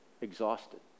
exhausted